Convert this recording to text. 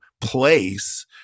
place